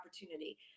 opportunity